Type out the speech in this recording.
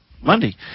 Monday